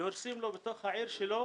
והורסים לו בתוך העיר שלו